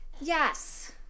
Yes